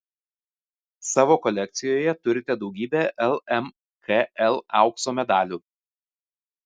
savo kolekcijoje turite daugybę lmkl aukso medalių